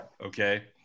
okay